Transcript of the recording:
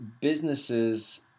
businesses